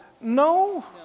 No